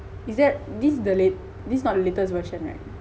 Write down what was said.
is that this the late this not the latest version right